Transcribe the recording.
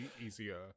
easier